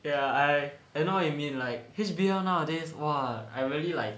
ya I I know what you mean like H_B_L nowadays !wah! I really like